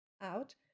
out